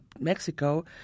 Mexico